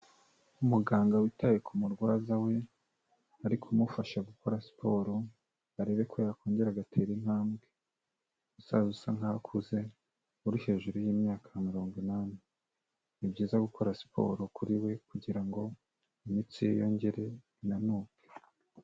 Umuganga witaye ku kumurwaza we ari kumufasha gukora siporo, ngo arebe ko yakongera agatera intambwe. Umusaza usa nkaho akuze uri hejuru y'imyaka mirongo inani, ni byiza gukora siporo kuri we kugira ngo imitsi ye yongere inanuke.